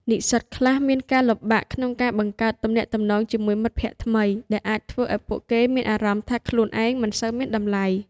និស្សិតខ្លះមានការលំបាកក្នុងការបង្កើតទំនាក់ទំនងជាមួយមិត្តភ័ក្តិថ្មី ដែលអាចធ្វើឲ្យពួកគេមានអារម្មណ៍ថាខ្លួនឯងមិនសូវមានតម្លៃ។